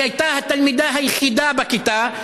היא הייתה התלמידה היחידה בכיתה,